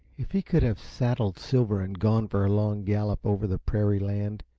if he could have saddled silver and gone for a long gallop over the prairie land,